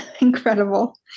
Incredible